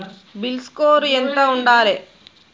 CIBIL score ఎంత ఉండాలే?